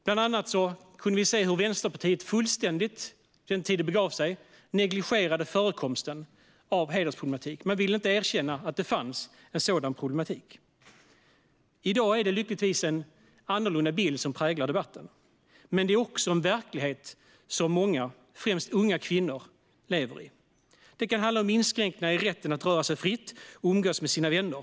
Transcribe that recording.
Bland annat kunde vi se hur Vänsterpartiet, på den tiden det begav sig, fullständigt negligerade förekomsten av hedersproblematik. Man ville inte erkänna att det fanns en sådan problematik. I dag är det lyckligtvis en annorlunda bild som präglar debatten. Men det är också en verklighet som många, främst unga kvinnor, lever i. Det kan handla om inskränkningar i rätten att röra sig fritt och umgås med sina vänner.